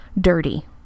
dirty